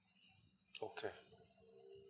okay